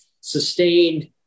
sustained